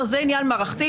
זה עניין מערכתי,